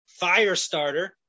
Firestarter